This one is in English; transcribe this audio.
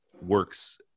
works